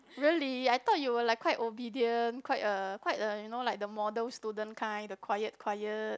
really I thought you will like quite obedient quite a quite a you know like the model student kind the quiet quiet